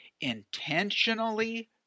intentionally